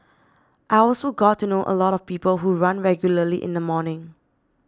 I also got to know a lot of people who run regularly in the morning